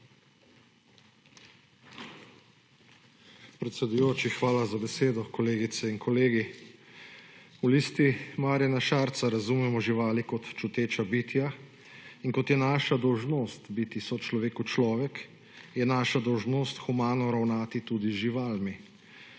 Predsedujoči, hvala za besedo. Kolegice in kolegi! V LMŠ razumemo živali kot čuteča bitja in kot je naša dolžnost biti sočloveku človek, je naša dolžnost humano ravnati tudi z živalmi